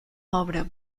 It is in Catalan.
obra